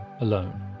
alone